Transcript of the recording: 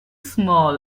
small